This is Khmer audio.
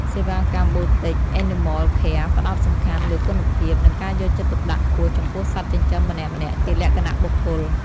សេវាកម្ម Boutique Animal Care ផ្ដោតសំខាន់លើគុណភាព និងការយកចិត្តទុកដាក់ខ្ពស់ចំពោះសត្វចិញ្ចឹមម្នាក់ៗជាលក្ខណៈបុគ្គល។